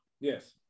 Yes